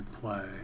play